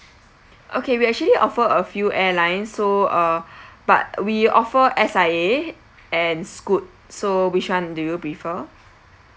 okay we actually offer a few airlines so uh but we offer S_I_A and scoot so which one do you prefer